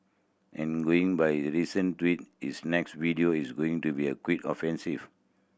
and going by his recent tweet his next video is going to be a quite offensive